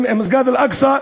עם מסגד אל-אקצא,